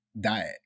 diet